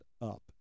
up